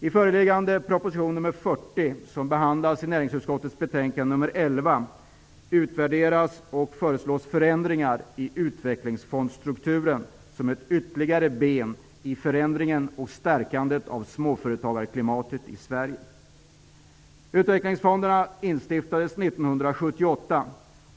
I föreliggande proposition nr 40, som behandlas i näringsutskottets betänkande nr 11, utvärderas och föreslås förändringar i utvecklingsfondsstrukturen som ett ytterligare ben i förändringen och stärkandet av småföretagarklimatet i Sverige. Utvecklingsfonderna instiftades år 1978.